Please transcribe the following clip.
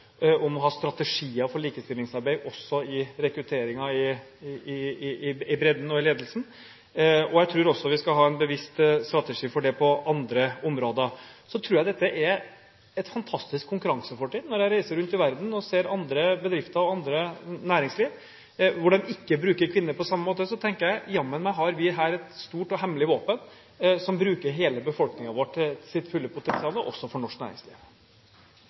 om å ha strategier for likestillingsarbeid også i rekrutteringen i bredden og i ledelsen, og jeg tror også vi skal ha en bevisst strategi for det på andre områder. Jeg tror dette er et fantastisk konkurransefortrinn. Når jeg reiser rundt i verden og ser bedrifter og næringsliv hvor de ikke bruker kvinner på samme måte, tenker jeg at jammen meg har vi her et stort og hemmelig våpen som bruker hele befolkningen vår i sitt fulle potensial – også for norsk næringsliv.